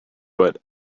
but